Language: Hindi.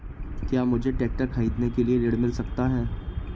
क्या मुझे ट्रैक्टर खरीदने के लिए ऋण मिल सकता है?